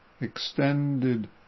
extended